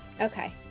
Okay